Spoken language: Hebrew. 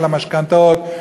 על המשכנתאות,